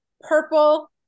purple